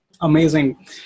Amazing